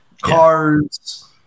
cars